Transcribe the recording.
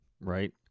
Right